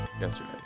yesterday